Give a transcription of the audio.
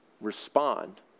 respond